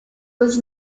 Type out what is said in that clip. was